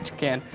can,